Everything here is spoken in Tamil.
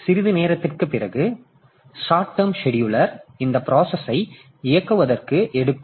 இப்போது சிறிது நேரத்திற்குப் பிறகு ஷார்ட் டர்ம் செடியூலர் இந்த ப்ராசஸ் ஐ இயக்குவதற்கு எடுக்கும்